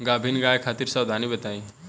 गाभिन गाय खातिर सावधानी बताई?